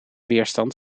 weerstand